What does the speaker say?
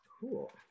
Cool